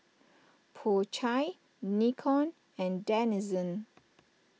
Po Chai Nikon and Denizen